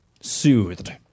soothed